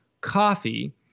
coffee